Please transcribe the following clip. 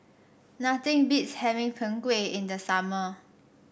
nothing beats having Png Kueh in the summer